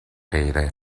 غیره